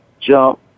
jump